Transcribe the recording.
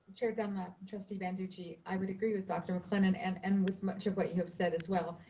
chair dunlap and trustee banducci, i would agree with dr. maclennan and and with much of what you have said as well.